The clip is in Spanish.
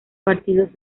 partidos